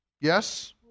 Yes